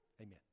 Amen